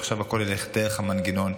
חשוב שעכשיו הכול ילך דרך המנגנון.